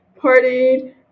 partied